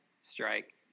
strike